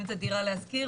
פרויקטים כמו דירה להשכיר,